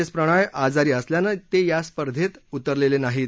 S Prannoy आजारी असल्यानं त्या स्पर्धेत उतरलक्षिनाहीत